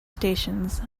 stations